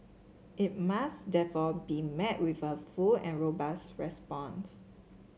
it must therefore be met with a full and robust response